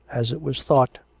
as it was thought,